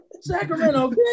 Sacramento